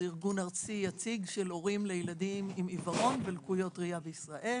זה ארגון ארצי יציג של הורים לילדים עם עיוורון ולקויות ראייה בישראל.